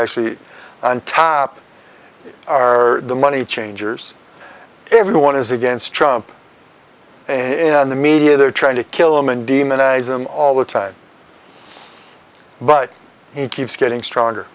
actually on top are the money changers everyone is against in the media they're trying to kill him and demonize them all the time but he keeps getting stronger